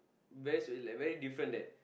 best will at very different that